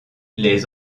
les